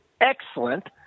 excellent